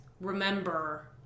remember